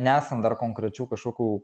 nesant dar konkrečių kažkokių